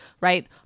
right